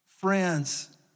friends